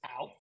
out